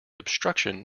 obstruction